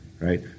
right